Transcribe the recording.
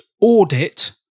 audit